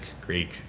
Greek